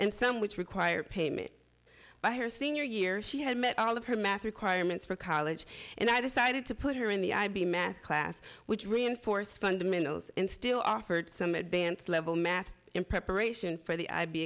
and some which require payment by her senior year she had met all of her math requirements for college and i decided to put her in the ib math class which reinforced fundamentals and still offered some advanced level math in preparation for the i